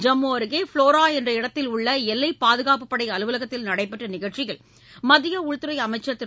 ஜம்மு அருகே ப்ளோரா என்ற இடத்தில் உள்ள எல்லை பாதுகாப்புப் படை அலுவலகத்தில் நடைபெற்ற நிகழ்ச்சியில் மத்திய உள்துறை அமைச்சர் திரு